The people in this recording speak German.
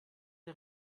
der